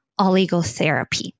oligotherapy